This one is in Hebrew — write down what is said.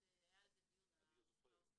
ההורים רוצים מצלמות.